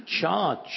charge